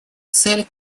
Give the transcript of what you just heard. цель